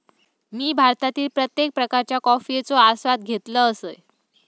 मी भारतातील प्रत्येक प्रकारच्या कॉफयेचो आस्वाद घेतल असय